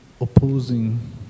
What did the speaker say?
opposing